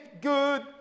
good